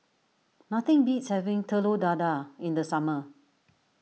nothing beats having Telur Dadah in the summer